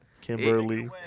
Kimberly